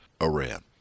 Iran